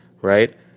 right